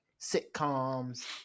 sitcoms